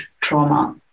trauma